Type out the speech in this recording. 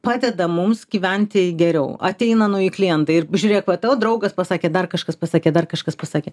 padeda mums gyventi geriau ateina nauji klientai ir žiūrėk va tavo draugas pasakė dar kažkas pasakė dar kažkas pasakė